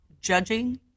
judging